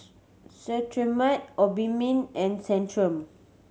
Cetrimide Obimin and Centrum